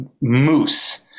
moose